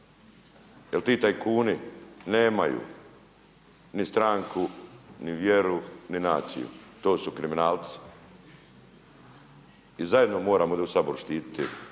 Jer ti tajkuni nemaju ni stranku, ni vjeru, ni naciju. To su kriminalci i zajedno moramo ovdje u Saboru štititi